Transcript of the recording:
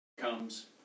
comes